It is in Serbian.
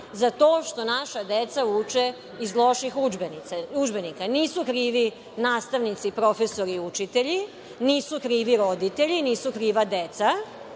za to što naša deca uče iz loših udžbenika. Nisu krivi nastavnici, profesori i učitelji. Nisu krivi roditelji i nisu kriva deca.